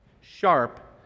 sharp